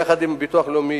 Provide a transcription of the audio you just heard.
יחד עם הביטוח הלאומי,